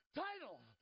title